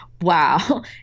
wow